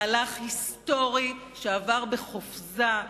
מהלך היסטורי שעבר בחופזה,